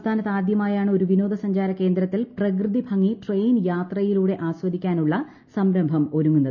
സംസ്ഥാനത്ത് ആദ്യമായാണ് ഒരു വിനോദ സഞ്ചാര കേന്ദ്രത്തിൽ പ്രകൃതി ഭംഗി ട്രെയിൻ യാത്രയിലൂടെ ആസ്വദിക്കാനുള്ള സംരംഭം ഒരുങ്ങുന്നത്